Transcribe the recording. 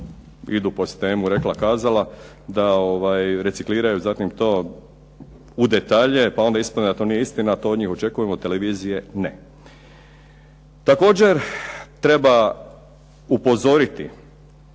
idu po sistemu rekla-kazala da recikliraju zatim to u detalje pa onda ispadne da to nije istina, to od njih očekujemo, od televizije ne. Također treba upozoriti,